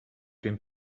dem